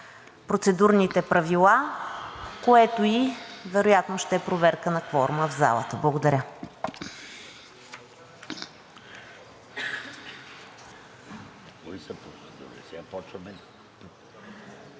процедурните правила, което и вероятно ще е проверка на кворума в залата. Благодаря.